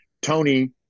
Tony